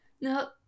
no